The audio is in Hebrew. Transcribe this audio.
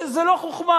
זה לא חוכמה,